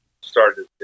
started